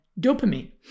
dopamine